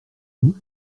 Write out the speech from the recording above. vous